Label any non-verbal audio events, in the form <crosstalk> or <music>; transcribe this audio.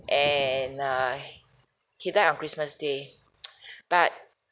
and I he died on christmas day <noise> <breath> but